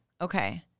Okay